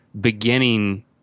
beginning